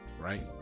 right